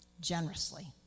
generously